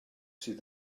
sydd